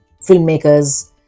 filmmakers